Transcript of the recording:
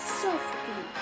softly